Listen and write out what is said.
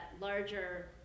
larger